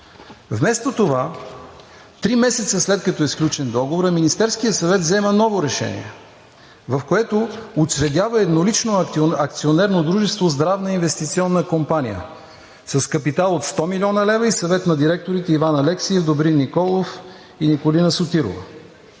Вместо това, три месеца след като е сключен договорът, Министерският съвет взема ново решение, с което учредява еднолично акционерно дружество „Здравна инвестиционна компания“ с капитал от 100 млн. лв. и Съвет на директорите Иван Алексиев, Добрин Николов и Николина Сотирова.